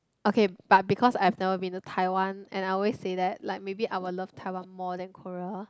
okay but because I've never been to Taiwan and I always say that like maybe I will love Taiwan more than Korea